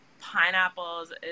pineapples